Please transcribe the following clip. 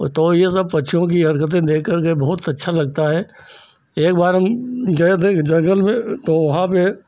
और तो यह सब पक्षियों की हरकतें देख करके बहुत अच्छा लगता है एक बार हम गए थे जंगल में तो वहाँ पर